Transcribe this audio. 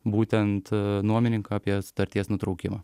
būtent nuomininką apie sutarties nutraukimą